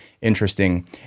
interesting